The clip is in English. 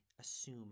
assume